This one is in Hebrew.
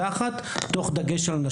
זה הבסיס של הפעילות